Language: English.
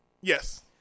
Yes